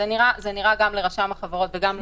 זה נראה גם לרשם החברות וגם לנו.